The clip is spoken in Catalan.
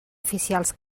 oficials